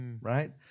right